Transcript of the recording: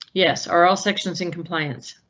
yes, are all sections in compliance?